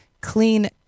clean